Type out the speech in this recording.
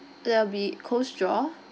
that will be coleslaw